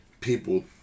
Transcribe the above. people